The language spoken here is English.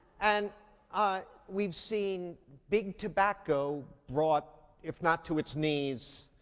and ah we've seen big tobacco brought, if not to its knees,